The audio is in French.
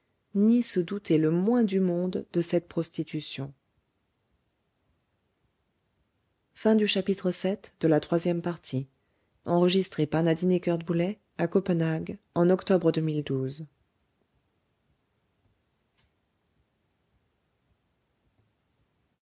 ni se douter le moins du monde de cette prostitution